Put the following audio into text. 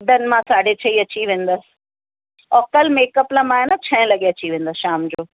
done मां साढे चईं अची वेंदसि ऐं कल्ह मेक अप लाइ न मां छहें लॻे अची वेंदसि शाम जो